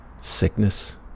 sickness